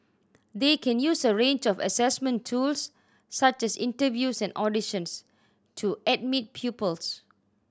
they can use a range of assessment tools such as interviews and auditions to admit pupils